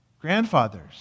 grandfathers